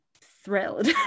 thrilled